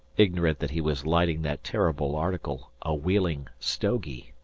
ignorant that he was lighting that terrible article, a wheeling stogie.